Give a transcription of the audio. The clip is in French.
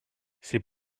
c’est